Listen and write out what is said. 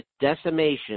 decimation